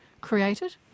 created